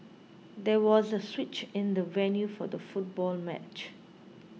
there was a switch in the venue for the football match